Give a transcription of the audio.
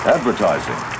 Advertising